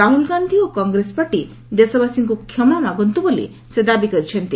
ରାହୁଲ୍ ଗାନ୍ଧି ଓ Congress party ଦେଶବାସୀଙ୍କୁ କ୍ଷମା ମାଗନ୍ତୁ ବୋଲି ସେ ଦାବି କରିଚ୍ଛନ୍ତି